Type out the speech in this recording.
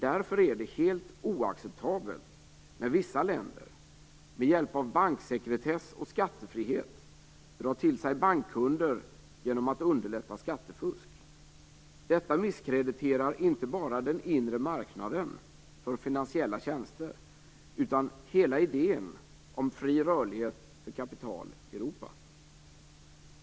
Därför är det helt oacceptabelt när vissa länder med hjälp av banksekretess och skattefrihet drar till sig bankkunder genom att underlätta skattefusk. Detta misskrediterar inte bara den inre marknaden för finansiella tjänster utan hela idén om fri rörlighet för kapital i Europa.